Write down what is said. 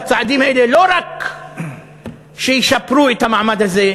הצעדים האלה לא רק ישפרו את המעמד הזה,